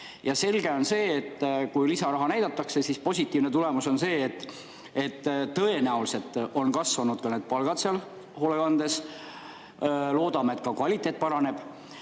Selge on, et kui lisaraha [antakse], siis positiivne tulemus on see, et tõenäoliselt on kasvanud ka palgad hoolekandes. Loodame, et ka kvaliteet paraneb. Aga